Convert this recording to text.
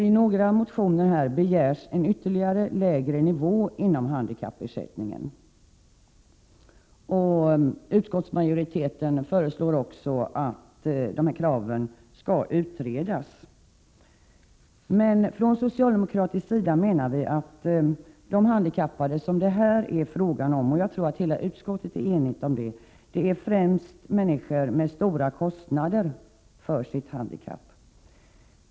I några motioner begärs en lägre nivå inom handikappersättningen. Utskottsmajoriteten föreslår också att dessa krav skall utredas. Men vi socialdemokrater menar att de handikappade som det här är fråga om — jag tror att utskottet är enigt på den punkten — främst är människor som har stora kostnader till följd av sitt handikapp.